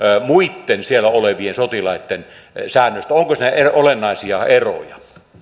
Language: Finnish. muitten siellä olevien sotilaitten säännöistä onko siinä olennaisia eroja